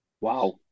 wow